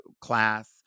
class